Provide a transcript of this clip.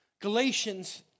Galatians